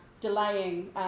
delaying